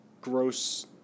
gross